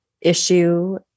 issue